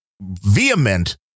vehement